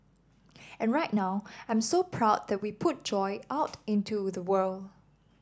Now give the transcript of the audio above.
and right now I'm so proud that we put joy out into the world